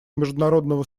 международного